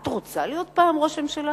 את רוצה להיות פעם ראש ממשלה?